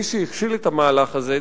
מי שהכשילו את המהלך הזה,